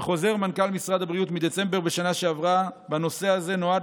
וחוזר מנכ"ל משרד הבריאות מדצמבר בשנה שעברה בנושא הזה נועד